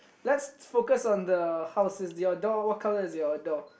let's focus on the houses your door what colour is your door